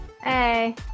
hey